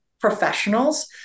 professionals